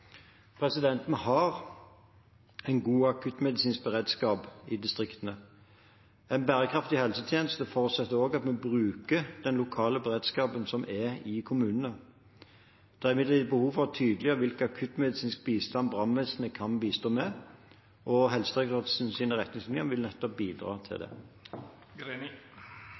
Vi har en god akuttmedisinsk beredskap i distriktene. En bærekraftig helsetjeneste forutsetter også at vi bruker den lokale beredskapen som er i kommunene. Det er imidlertid behov for å tydeliggjøre hvilken akuttmedisinsk bistand brannvesenet kan bistå med. Helsedirektoratets retningslinjer vil bidra til